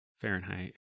Fahrenheit